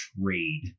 trade